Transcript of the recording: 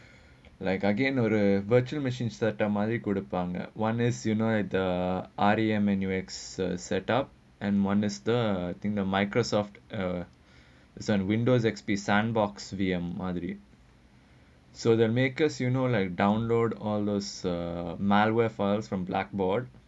like again or a virtual machines starter மாரி குடுப்பாங்கே:maari kuduppaangga like the [one] they see you know the R_E_M nut uh set up and one is the I think the Microsoft is uh Windows X_P sandbox X_V_M module so their makers you know like download all those uh malware files from blackboard